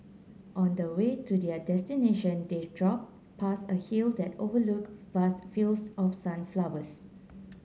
on the way to their destination they drove past a hill that overlook vast fields of sunflowers